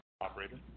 Operator